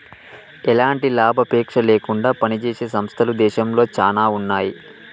ఎలాంటి లాభాపేక్ష లేకుండా పనిజేసే సంస్థలు దేశంలో చానా ఉన్నాయి